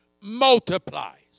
multiplies